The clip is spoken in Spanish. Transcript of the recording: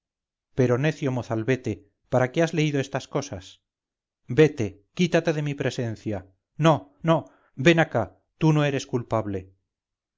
pero necio mozalbete para qué has leído estas cosas vete quítate de mi presencia no no ven acá tú no eres culpable